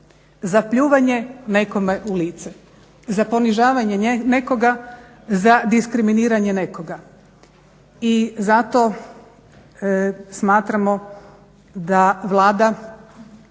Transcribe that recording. za pljuvanje nekome u lice, za ponižavanje nekoga, za diskriminiranje nekoga. I zato smatramo da Vlada